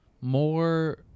More